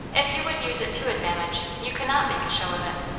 if you would use it to advantage, you cannot make a show of it.